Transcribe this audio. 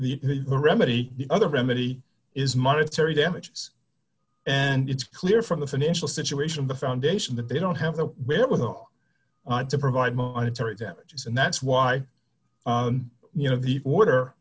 the remedy other remedy is monetary damages and it's clear from the financial situation the foundation that they don't have the wherewithal to provide monetary damages and that's why you know the quarter